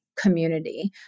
Community